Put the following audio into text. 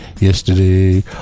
Yesterday